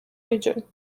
region